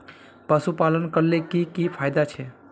पशुपालन करले की की फायदा छे?